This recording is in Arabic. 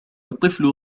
الطفل